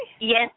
Yes